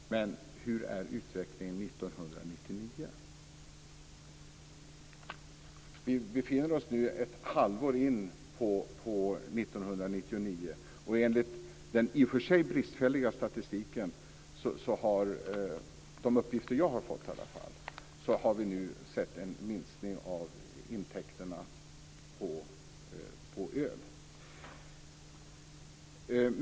Fru talman! Men hur är utvecklingen 1999? Vi befinner oss nu ett halvår in på 1999. Enligt den i och för sig bristfälliga statistiken - det är i alla fall de uppgifter jag har fått - har vi nu sett en minskning av intäkterna på öl.